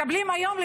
מקבלים היום.